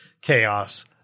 chaos